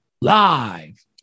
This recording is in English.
Live